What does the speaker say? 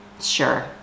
Sure